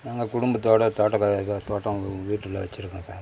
நாங்கள் குடும்பத்தோடு தோட்டக்கலையில் தோட்டம் வீட்டில் வச்சுருக்கோம் சார்